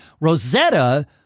Rosetta